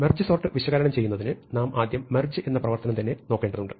merge sort വിശകലനം ചെയ്യുന്നതിന് നാം ആദ്യം മെർജ് എന്ന പ്രവർത്തനം തന്നെ നോക്കേണ്ടതുണ്ട്